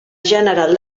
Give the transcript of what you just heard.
general